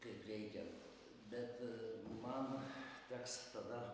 kaip reikiant bet man teks tada